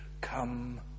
Come